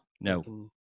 no